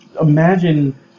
Imagine